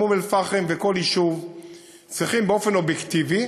גם באום-אלפחם צריכים באופן אובייקטיבי,